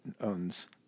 owns